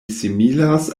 similas